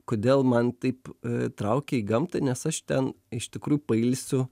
kodėl man taip traukia į gamtą nes aš ten iš tikrųjų pailsiu